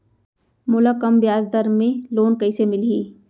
मोला कम ब्याजदर में लोन कइसे मिलही?